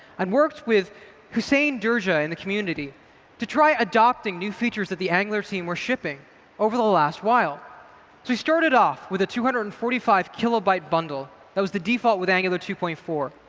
and worked with hussein and in the community to try adopting new features that the angular team were shipping over the last while. so we started off with a two hundred and forty five kilobyte bundle that was the default with angular two point four.